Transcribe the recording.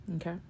Okay